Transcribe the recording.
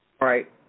right